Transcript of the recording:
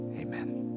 Amen